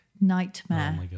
Nightmare